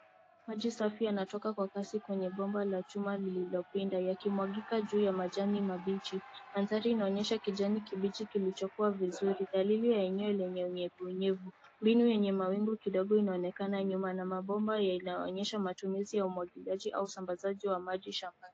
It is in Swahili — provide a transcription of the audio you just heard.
Maji safi yanatoka kwa kasi kwenye bomba la chuma lililo pinda yakimwagika juu ya majani mabichi. Mandhari inaonyesha kijani kibichi kilicho kua vizuri dalili ya eneo lenye unyevu unyevu. Mbingu yenye wawingu kidogo inaonekana nyuma na mabomba inayoonyesha matumizi ya umwagiliaji au usambazaji wa maji shambani.